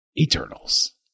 Eternals